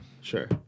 Sure